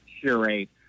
curate